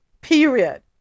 period